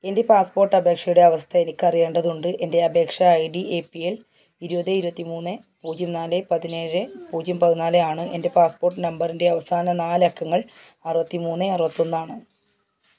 എന്റെ പാസ്പ്പോട്ട് അപേഷയുടെ അവസ്ഥ എനിക്ക് അറിയേണ്ടതുണ്ട് എന്റെ അപേക്ഷാ I D A P L ഇരുപത് ഇരുപത്തിമൂന്ന് പൂജ്യം നാല് പതിനേഴ് പൂജ്യം പതിനാല് ആണ് എന്റെ പാസ്പ്പോട്ട് നമ്പറിന്റെ അവസാന നാല് അക്കങ്ങൾ അറുപത്തിമൂന്ന് അറുപത്തൊന്ന് ആണ്